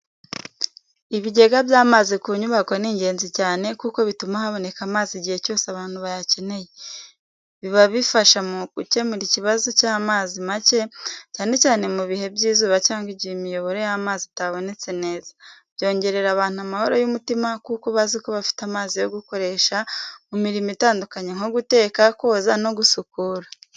Ibigega by’amazi ku nyubako ni ingenzi cyane kuko bituma haboneka amazi igihe cyose abantu bayakeneye. Biba bifasha mu gukemura ikibazo cy’amazi make, cyane cyane mu bihe by’izuba cyangwa igihe imiyoboro y’amazi itabonetse neza. Byongerera abantu amahoro y’umutima kuko bazi ko bafite amazi yo gukoresha mu mirimo itandukanye nko guteka, koza, no gusukura.